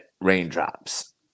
raindrops